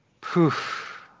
Poof